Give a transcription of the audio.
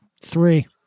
Three